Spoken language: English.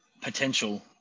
potential